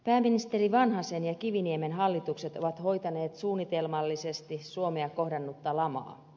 pääministerien vanhanen ja kiviniemi hallitukset ovat hoitaneet suunnitelmallisesti suomea kohdannutta lamaa